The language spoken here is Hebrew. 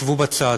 שבו בצד.